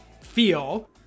feel